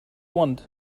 want